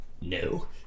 no